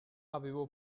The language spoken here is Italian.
avevo